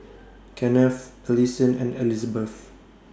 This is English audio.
Kenneth Alison and Elizbeth